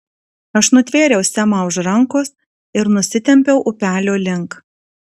aš nutvėriau semą už rankos ir nusitempiau upelio link